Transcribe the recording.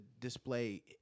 display